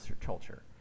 culture